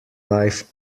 life